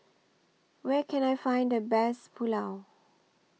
Where Can I Find The Best Pulao